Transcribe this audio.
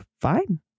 fine